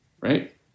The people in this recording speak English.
right